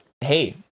hey